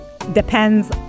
depends